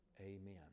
amen